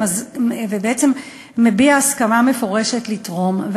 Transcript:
ובעצם מביע הסכמה מפורשת לתרום.